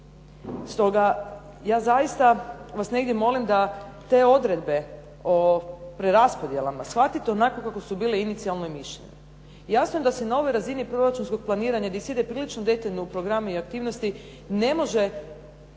Stoga ja zaista vas negdje molim da te odredbe o preraspodjelama shvatite onako kako su bile inicijalno i mišljene. Jasno je da se na ovoj razini proračunskog planiranja gdje se ide prilično detaljno u programe i aktivnosti ne može